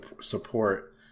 support